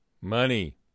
Money